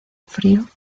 frío